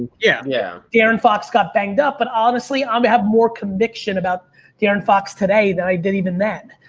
yeah. yeah darren fox got banged up, but honestly, i'm gonna have more conviction about darren fox today than i did even then,